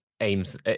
aims